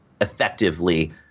effectively